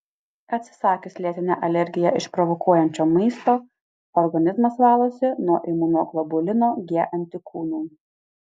atsisakius lėtinę alergiją išprovokuojančio maisto organizmas valosi nuo imunoglobulino g antikūnų